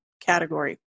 category